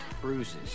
bruises